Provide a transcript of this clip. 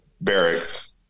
barracks